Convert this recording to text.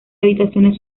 habitaciones